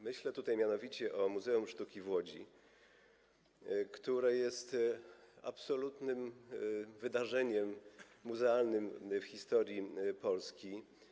Myślę tutaj mianowicie o Muzeum Sztuki w Łodzi, które jest absolutnym wydarzeniem muzealnym w historii Polski.